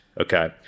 Okay